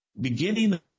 beginning